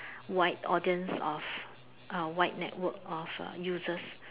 wide audience of a wide network of users